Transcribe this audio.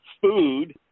food